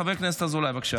חבר הכנסת אזולאי, בבקשה.